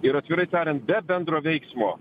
ir atvirai tariant be bendro veiksmo